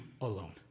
alone